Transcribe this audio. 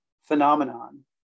phenomenon